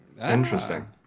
interesting